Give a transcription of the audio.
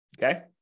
Okay